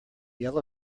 yellow